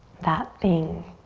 that thing.